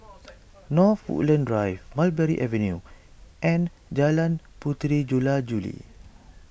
North Woodlands Drive Mulberry Avenue and Jalan Puteri Jula Juli